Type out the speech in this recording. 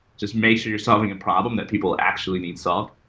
just make sure you're solving a problem that people actually needs solved,